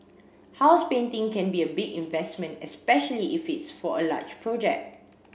house painting can be a big investment especially if it's for a large project